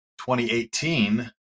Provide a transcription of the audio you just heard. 2018